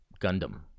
Gundam